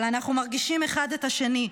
אבל אנחנו מרגישים אחד את השני,